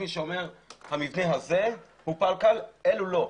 שאומר שהמבנה הזה הוא פלקל ואלה לא.